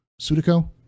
Sudiko